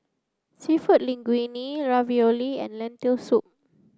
Seafood Linguine Ravioli and Lentil soup